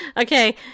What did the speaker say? Okay